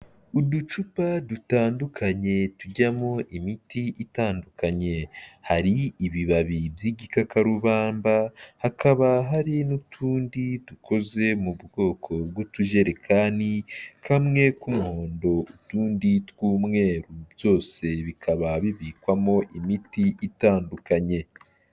Uducupa dutandukanye tujyamo imiti itandukanye, hari ibibabi by'igikakarubamba, hakaba hari n'utundi dukoze mu bwoko bw'utujerekani kamwe k'umuhondo, utundi tw'umweru, byose bikaba bibikwamo imiti itandukanye.